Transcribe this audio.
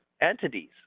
entities